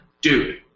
dude